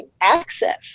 access